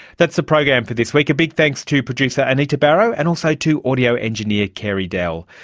that's the program for this week. a big thanks to producer anita barraud, and also to audio engineer carey dell.